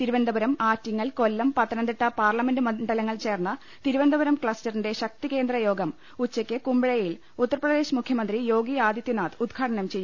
Thiruvananthapuram Attingal Kollam Pathanamthitta parliament മണ്ഡ ലങ്ങൾ ചേർന്ന തിരുവനന്തപുരം ക്ലസ്റ്ററിന്റെ ശക്തികേന്ദ്ര യോഗം ഉച്ചയ്ക്ക് കുമ്പഴയിൽ ഉത്തർപ്രദേശ് മുഖ്യമന്ത്രി യോഗി ആദിത്യനാഥ് ഉദ്ഘാടനം ചെയ്യും